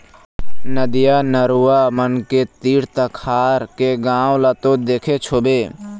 नदिया, नरूवा मन के तीर तखार के गाँव ल तो देखेच होबे